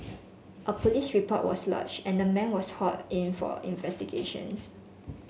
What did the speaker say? a police report was lodge and the man was haul in for investigations